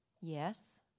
Yes